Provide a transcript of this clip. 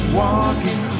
walking